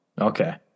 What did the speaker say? Okay